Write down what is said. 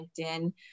LinkedIn